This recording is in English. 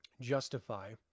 justify